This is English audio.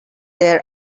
there